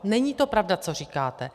Není to pravda, co říkáte.